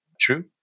true